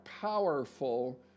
powerful